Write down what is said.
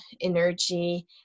energy